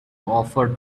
offer